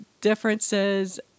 differences